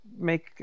make